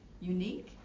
unique